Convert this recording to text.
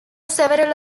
several